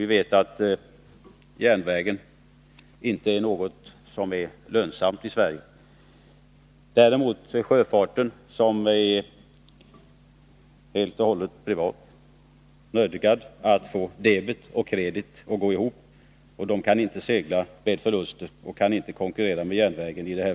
När det gäller sjöfarten däremot — som är helt och hållet utan statliga stödåtgärder — är man nödgad att få debet och kredit att gå ihop. Man kan inte segla med förlust. Därför kan man inte konkurrera med järnvägen.